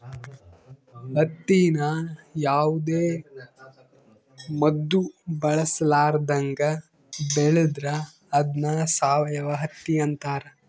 ಹತ್ತಿನ ಯಾವುದೇ ಮದ್ದು ಬಳಸರ್ಲಾದಂಗ ಬೆಳೆದ್ರ ಅದ್ನ ಸಾವಯವ ಹತ್ತಿ ಅಂತಾರ